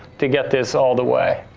to get this all the way.